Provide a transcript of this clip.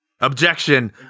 Objection